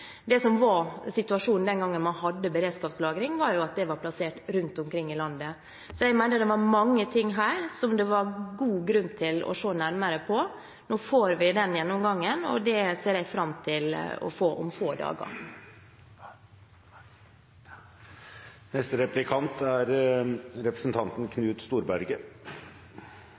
Det som var situasjonen den gangen man hadde beredskapslagring, var at det var plassert rundt omkring i landet. Så jeg mener det var mange ting her som det var god grunn til å se nærmere på. Nå får vi den gjennomgangen, og den ser jeg fram til å få om få dager. Jeg føler ikke at representanten